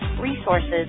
resources